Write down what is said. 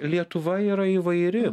lietuva yra įvairi